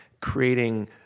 Creating